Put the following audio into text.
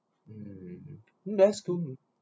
mm that's cool mm